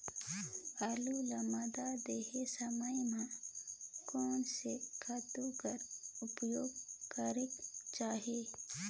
आलू ल मादा देहे समय म कोन से खातु कर प्रयोग करेके चाही?